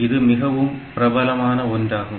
இது மிகவும் பிரபலமான ஒன்றாகும்